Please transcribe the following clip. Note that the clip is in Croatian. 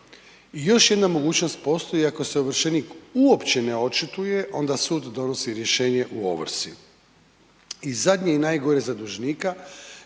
I još jedna mogućnost postoji, ako se ovršenik uopće ne očituje, onda sud donosi rješenje u ovrsi. I zadnje i najgore za dužnika,